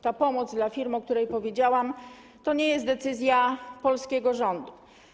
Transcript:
Ta pomoc dla firm, o której powiedziałam, to nie jest decyzja polskiego rządu.